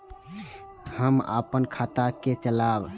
हम अपन खाता के चलाब?